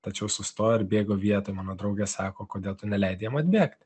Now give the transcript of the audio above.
tačiau sustojo ir bėgo vietoj mano draugė sako kodėl tu neleidi jam atbėgt